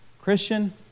Christian